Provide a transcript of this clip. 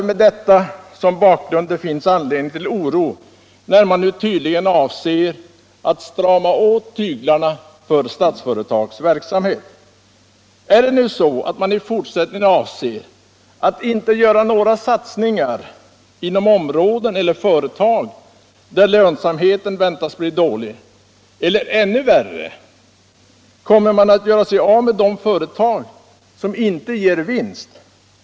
Med detta som bakgrund finns det därför anledning till oro när man nu tydligen avser att strama åt tyglarna för Statsföretags verksamhet. Är det nu så att man i fortsättningen avser att inte göra några satsningar inom områden eller företag där lönsamheten väntas bli dålig? Eller ännu värre: Kommer man att göra sig av med företag som inte lämnar vinst?